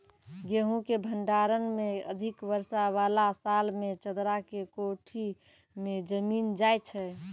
गेहूँ के भंडारण मे अधिक वर्षा वाला साल मे चदरा के कोठी मे जमीन जाय छैय?